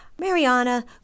Mariana